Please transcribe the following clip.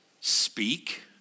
speak